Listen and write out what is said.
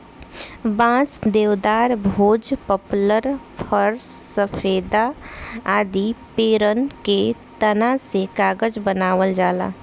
बांस, देवदार, भोज, पपलर, फ़र, सफेदा आदि पेड़न के तना से कागज बनावल जाला